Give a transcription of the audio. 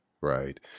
right